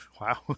Wow